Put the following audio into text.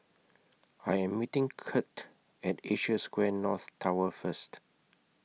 I Am meeting Kirt At Asia Square North Tower First